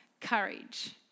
courage